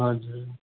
हजुर